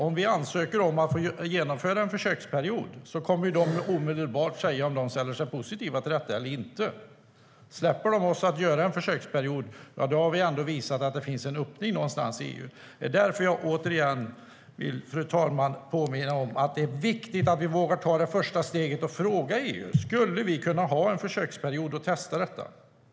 Om vi ansöker om att få genomföra en försöksperiod kommer de omedelbart att säga om de ställer sig positiva till detta eller inte. Släpper de oss att genomföra en försöksperiod har vi ändå visat att det finns en öppning någonstans i EU.Det är därför jag återigen vill påminna om att det är viktigt att vi vågar ta det första steget och fråga EU: Skulle vi kunna ha en försöksperiod och testa detta?